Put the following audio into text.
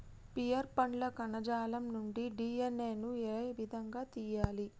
Pear పండ్ల కణజాలం నుండి డి.ఎన్.ఎ ను ఏ విధంగా తియ్యాలి?